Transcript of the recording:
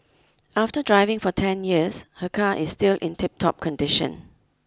after driving for ten years her car is still in tiptop condition